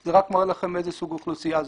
זה רק מראה לכם איזה סוג אוכלוסייה זה,